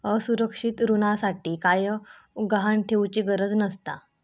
असुरक्षित ऋणासाठी कायव गहाण ठेउचि गरज नसता